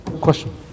Question